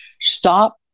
stop